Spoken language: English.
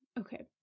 Okay